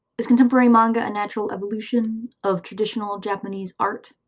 is contemporary manga a natural evolution of traditional japanese art,